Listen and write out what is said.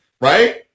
right